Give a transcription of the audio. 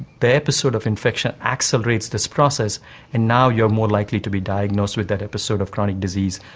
the episode of infection accelerates this process and now you are more likely to be diagnosed with that episode of chronic disease,